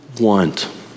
want